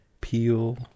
peel